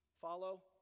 Follow